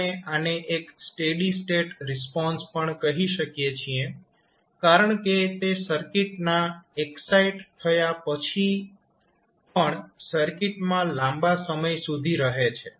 આપણે આને એક સ્ટેડી સ્ટેટ રિસ્પોન્સ પણ કહીએ છીએ કારણકે તે સર્કિટના એક્સાઈટ થયા પછી પણ સર્કિટમાં લાંબા સમય સુધી રહે છે